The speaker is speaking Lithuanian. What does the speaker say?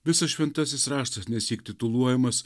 visas šventasis raštas nesyk tituluojamas